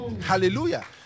hallelujah